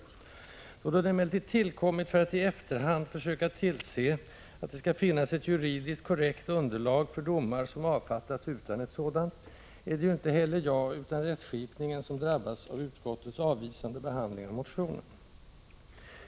Då den emellertid har tillkommit för att i efterhand försöka tillse att det skall finnas ett juridiskt korrekt underlag för domar, som avfattats utan ett sådant, är det ju inte heller jag utan rättsskipningen som drabbas av utskottets avvisande behandling av motionen.